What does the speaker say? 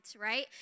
right